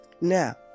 Now